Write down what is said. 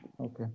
Okay